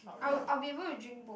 I will I'll be able to drink both